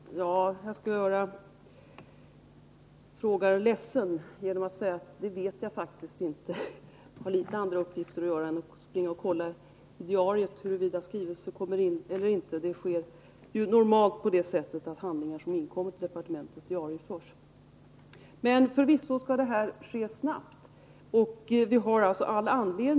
Herr talman! Jag skall göra frågaren ledsen genom att säga att jag faktiskt inte vet. Jag har litet andra uppgifter att ägna mig åt än att springa och titta i diariet för att se huruvida skrivelser kommer in eller inte. Den normala gången är att handlingar som kommer till departementet diarieförs. att minska byggnadskostnaderna att minska byggnadskostnaderna Förvisso skall arbetet ske snabbt.